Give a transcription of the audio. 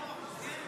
יום הסיגד,